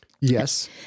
Yes